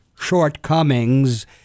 Shortcomings